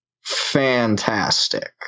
fantastic